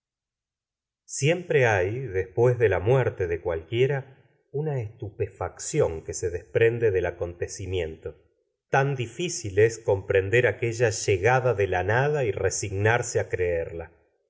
siempre hay después de la muerte de cua uie ra una estupefacción que se desprende del acohtecimiento tan dificil es comprender aquella cllegada de la nada y resignarse á creerla